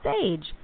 sage